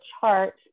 chart